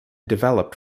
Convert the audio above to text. developed